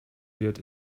wird